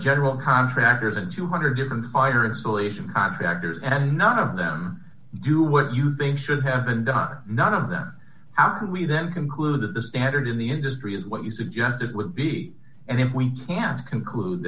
general contractors and two hundred different fire insulation contractors and none of them do what you think should have been done none of them out and we then conclude that the standard in the industry is what you suggested would be and if we conclude